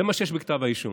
זה מה שיש בכתב האישום.